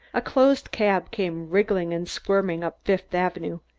a closed cab came wriggling and squirming up fifth avenue.